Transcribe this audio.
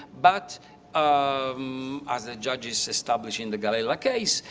but um as the judges established in the gallela case,